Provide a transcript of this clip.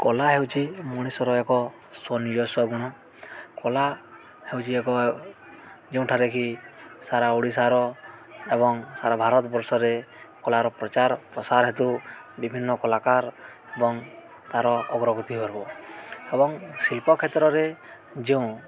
କଳା ହେଉଛି ମଣିଷର ଏକ ସ୍ଵ ନିଜସ୍ୱ ଗୁଣ କଲା ହେଉଛି ଏକ ଯେଉଁଠାରେ କି ସାରା ଓଡ଼ିଶାର ଏବଂ ସାରା ଭାରତବର୍ଷରେ କଳାର ପ୍ରଚାର ପ୍ରସାର ହେତୁ ବିଭିନ୍ନ କଳାକାର ଏବଂ ତା'ର ଅଗ୍ରଗତି ଏବଂ ଶିଳ୍ପ କ୍ଷେତ୍ରରେ ଯେଉଁ